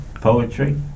Poetry